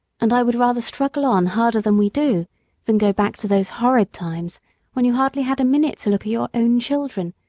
and i would rather struggle on harder than we do than go back to those horrid times when you hardly had a minute to look at your own children,